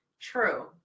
True